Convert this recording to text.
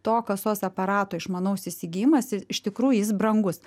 to kasos aparato išmanaus įsigijimas iš tikrųjų jis brangus